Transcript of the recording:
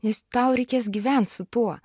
nes tau reikės gyvent su tuo